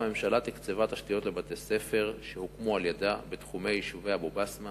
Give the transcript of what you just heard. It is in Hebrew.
הממשלה תקצבה תשתיות לבתי-ספר שהוקמו על-ידה בתחומי יישובי אבו-בסמה